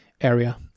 area